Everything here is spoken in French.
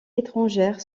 étrangère